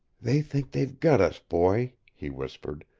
they think they've got us, boy, he whispered,